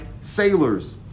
sailors